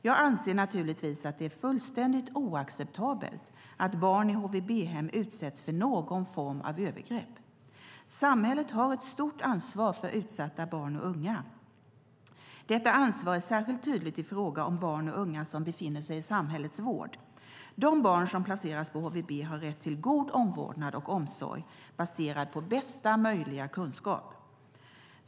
Jag anser naturligtvis att det är fullständigt oacceptabelt att barn i HVB-hem utsätts för någon form av övergrepp. Samhället har ett stort ansvar för utsatta barn och unga. Detta ansvar är särskilt tydligt i fråga om barn och unga som befinner sig i samhällets vård. De barn som placeras på HVB har rätt till god omvårdnad och omsorg baserad på bästa möjliga kunskap.